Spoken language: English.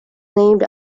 named